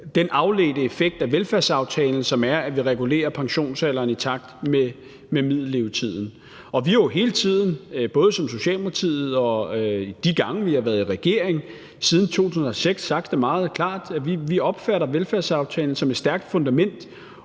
sige, afledte effekt af velfærdsaftalen, som er, at vi regulerer pensionsalderen i takt med middellevetiden. Og vi har jo hele tiden, både som Socialdemokrati og de gange, vi har været i regering, siden 2006 sagt meget klart, at vi opfatter velfærdsaftalen som et stærkt fundament